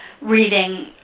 reading